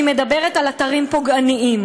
היא מדברת על אתרים פוגעניים.